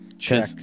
check